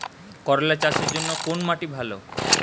করলা চাষের জন্য কোন মাটি ভালো?